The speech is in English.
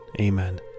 Amen